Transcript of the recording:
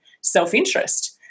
self-interest